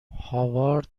هاورد